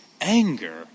anger